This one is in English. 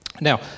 Now